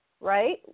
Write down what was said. right